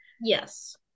yes